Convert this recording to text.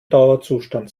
dauerzustand